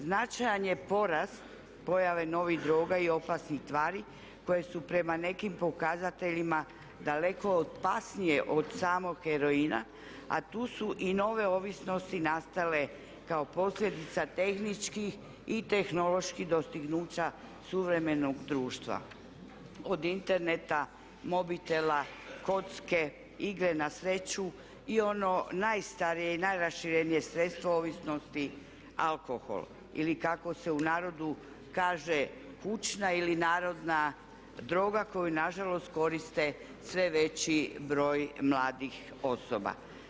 Značajan je porast pojave novih droga i opasnih tvari koje su prema nekim pokazateljima daleko opasnije od samog heroina a tu i nove ovisnosti nastale kao posljedica tehničkih i tehnoloških dostignuća suvremenog društva od interneta, mobitela, kocke, igre na sreću i ono najstarije i najraširenije sredstvo ovisnosti alkohol ili kako se u narodu kaže kućna ili narodna droga koju nažalost koriste sve veći broj mladih osoba.